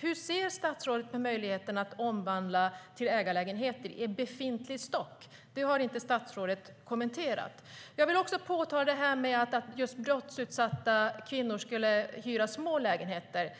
Hur ser statsrådet på möjligheten att omvandla hyreslägenheter i befintlig stock till ägarlägenheter? Det har statsrådet inte kommenterat. Jag vill också påtala det här med att just brottsutsatta kvinnor skulle hyra små lägenheter.